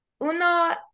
Uno